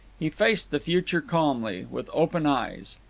he faced the future calmly, with open eyes.